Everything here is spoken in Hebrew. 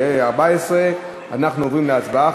התשע"ה 2014. אנחנו עוברים להצבעה,